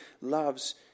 loves